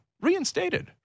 reinstated